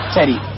Teddy